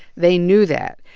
they knew that.